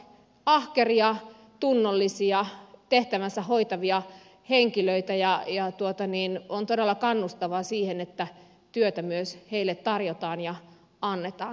he ovat ahkeria tunnollisia tehtävänsä hoitavia henkilöitä ja on todella kannustavaa että työtä myös heille tarjotaan ja annetaan